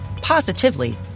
positively